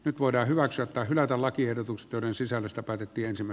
nyt voidaan hyväksyä tai hylätä lakiehdotukset joiden sisällöstä päätettiin simo